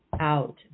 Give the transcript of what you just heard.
out